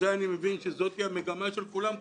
וזו להבנתי המגמה של כולם כאן.